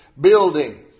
building